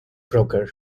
broker